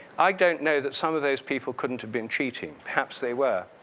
i don't know that some of those people couldn't have been cheating, perhaps they were.